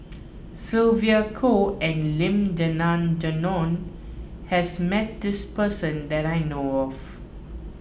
Sylvia Kho and Lim Denan Denon has met this person that I know of